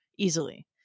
easily